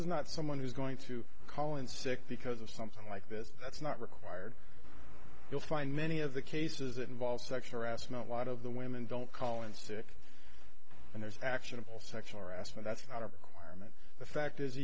not someone who's going to call in sick because of something like this that's not required you'll find many of the cases that involve sex harassment a lot of the women don't call in sick and there's actionable sexual harassment that's not a requirement the fact is